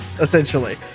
essentially